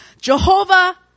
Jehovah